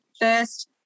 first